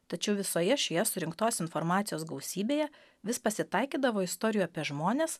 tačiau visoje šioje surinktos informacijos gausybėje vis pasitaikydavo istorijų apie žmones